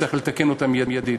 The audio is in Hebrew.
צריך לתקן אותה מייד.